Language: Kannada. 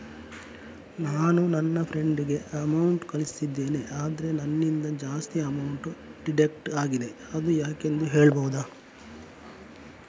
ನಾನು ನನ್ನ ಫ್ರೆಂಡ್ ಗೆ ಅಮೌಂಟ್ ಕಳ್ಸಿದ್ದೇನೆ ಆದ್ರೆ ನನ್ನಿಂದ ಜಾಸ್ತಿ ಅಮೌಂಟ್ ಡಿಡಕ್ಟ್ ಆಗಿದೆ ಅದು ಯಾಕೆಂದು ಹೇಳ್ಬಹುದಾ?